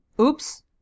oops